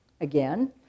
Again